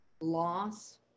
loss